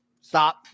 Stop